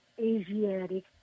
Asiatic